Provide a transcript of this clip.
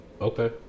Okay